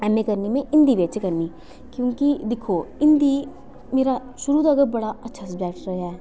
M ए करनी में हिंदी बिच करनी क्योंकि दिक्खो हिंदी मेरा शुरू दा गै बड़ा अच्छा सब्जैक्ट रेहा ऐ